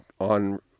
on